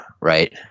Right